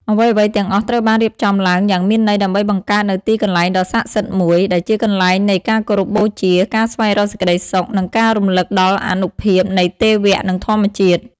អ្វីៗទាំងអស់ត្រូវបានរៀបចំឡើងយ៉ាងមានន័យ ដើម្បីបង្កើតនូវទីកន្លែងដ៏ស័ក្តិសិទ្ធិមួយ ដែលជាកន្លែងនៃការគោរពបូជា ការស្វែងរកសេចក្តីសុខ និងការរំលឹកដល់អានុភាពនៃទេវៈ និងធម្មជាតិ។